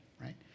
right